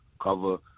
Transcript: cover